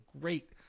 great –